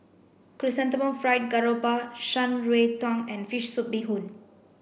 chrysanthemum fried garoupa Shan Rui Tang and fish soup bee hoon